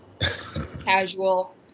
Casual